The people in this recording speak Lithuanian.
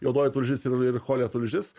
juodoji tulžis ir ir chole tulžis